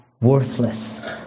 worthless